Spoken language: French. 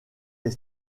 les